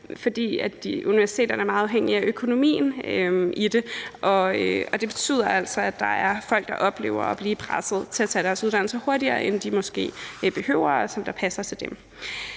fordi universiteterne er meget afhængige af økonomien i det, og det betyder altså, at der er folk, der oplever at blive presset til at tage deres uddannelse hurtigere, end de måske behøver og det passer til dem.